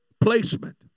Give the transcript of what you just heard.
placement